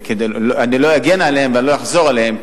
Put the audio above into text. אני לא אגן עליהם ואני לא אחזור עליהם,